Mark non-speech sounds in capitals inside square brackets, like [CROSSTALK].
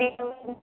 [UNINTELLIGIBLE]